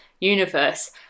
universe